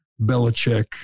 Belichick